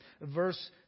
verse